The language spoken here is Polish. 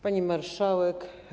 Pani Marszałek!